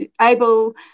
able